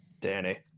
Danny